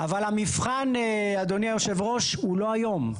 אבל, המבחן, אדוני יושב הראש, הוא לא היום.